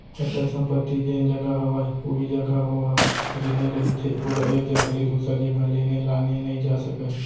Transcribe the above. अचल संपत्ति जेन जघा हवय उही जघा ओहा रेहे रहिथे ओला एक जघा ले दूसर जघा लेगे लाने नइ जा सकय